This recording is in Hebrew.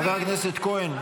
חבר הכנסת כהן.